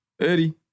Eddie